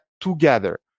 together